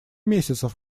месяцев